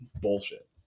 bullshit